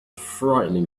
frightening